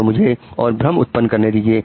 तो मुझे और भ्रम उत्पन्न करने दीजिए